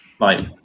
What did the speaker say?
right